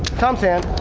tom's hand.